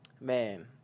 man